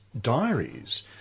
diaries